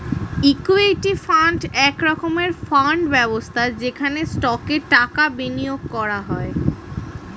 equity fund এক রকমের fund ব্যবস্থা যেখানে স্টকে টাকা বিনিয়োগ করা হয়